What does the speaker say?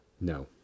No